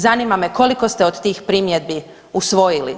Zanima me koliko ste od tih primjedbi usvojili?